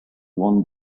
one